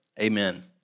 amen